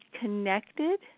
connected